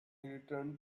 returned